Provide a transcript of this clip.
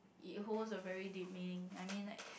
it holds a very deep meaning I mean like